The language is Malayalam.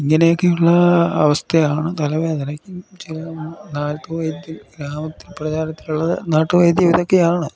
ഇങ്ങനെയൊക്കെയുള്ള അവസ്ഥയാണ് തലവേദനയ്ക്ക ചില നാട്ടു വൈദ്യ ഗ്രാമത്തിൽ പ്രചാരത്തിലുള്ള നാട്ടുവൈദ്യം ഇതൊക്കെയാണ്